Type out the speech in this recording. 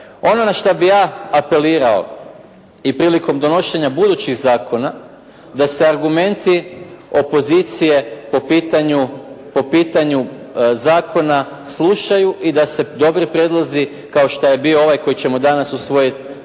Ono na što bih ja apelirao i prilikom donošenja budućih zakona, da se argumenti opozicije po pitanju zakona slušaju i da se dobri prijedlozi kao što je bio ovaj koji ćemo danas usvojiti,